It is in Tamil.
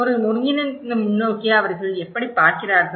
ஒரு ஒருங்கிணைந்த முன்னோக்கை அவர்கள் எப்படிப் பார்க்கிறார்கள்